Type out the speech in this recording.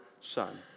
Son